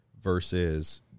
versus